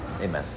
amen